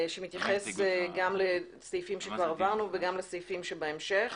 שמתייחס גם לסעיפים שכבר עברנו וגם לסעיפים שבהמשך.